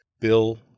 Bill